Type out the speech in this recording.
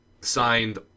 signed